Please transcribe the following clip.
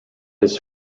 his